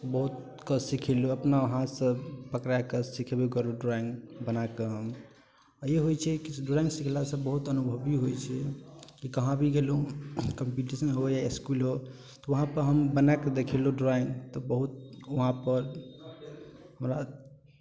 बहुतके सिखेलहुँ अपना हाथसँ पकड़ाके सिखेबो करलहुँ ड्रॉइंग बनाके हम ई होइ छै कि ड्रॉइंग सिखलासँ बहुत अनुभव भी होइ छै कि कहाँ भी गेलहुँ कम्पीटिशन हो या इसकुल हो वहाँपर हम बनायके देखेलहुँ ड्रॉइंग तऽ बहुत वहाँपर बड़ा